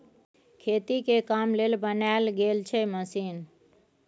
खेती के काम लेल बनाएल गेल छै मशीन